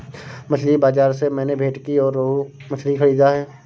मछली बाजार से मैंने भेंटकी और रोहू मछली खरीदा है